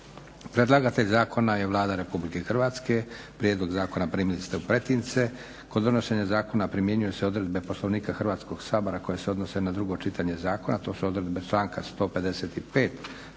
Predlagatelj zakona je Vlada Republike Hrvatske. Prijedlog zakona primili ste u pretince. Kod donošenja zakona primjenjuju se odredbe Poslovnika Hrvatskog sabora koje se odnose na drugo čitanje zakona, a to su odredbe članka 155.